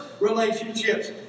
relationships